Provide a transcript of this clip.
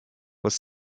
was